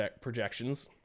projections